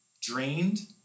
drained